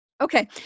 Okay